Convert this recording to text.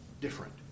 different